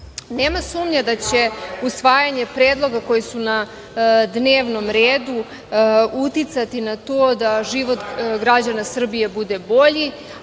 sumnje da će usvajanje predloga koji su na dnevnom redu uticati na to da život građana Srbije bude bolji,